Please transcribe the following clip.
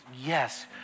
Yes